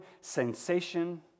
sensation